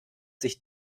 sich